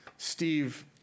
Steve